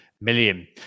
million